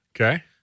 Okay